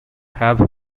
have